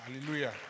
Hallelujah